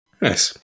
Nice